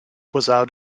without